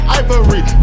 ivory